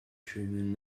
truman